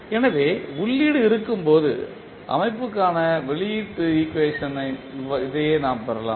எனவே உள்ளீடு இருக்கும் போது அமைப்புக்கான வெளியீட்டு ஈக்குவேஷன்க இதையே நாம் பெறுகிறோம்